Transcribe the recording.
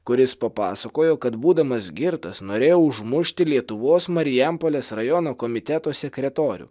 kuris papasakojo kad būdamas girtas norėjo užmušti lietuvos marijampolės rajono komiteto sekretorių